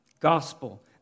Gospel